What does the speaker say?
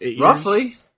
Roughly